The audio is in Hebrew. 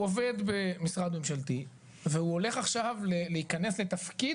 הוא עובד במשרד ממשלתי והוא הולך עכשיו להיכנס לתפקיד